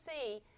see